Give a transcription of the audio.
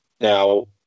Now